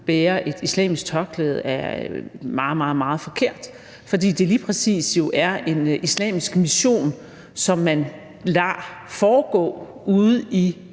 bærer et islamisk tørklæde, er meget, meget forkert, fordi det jo lige præcis er en islamisk mission, som man lader foregå ude i